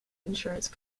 insurance